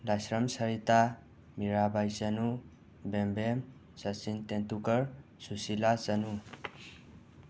Laishram Sarita Mirabai Chanu Bembem Sachin Tendulkar Sushila Chanu